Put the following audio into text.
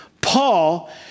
Paul